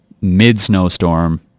mid-snowstorm